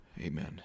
Amen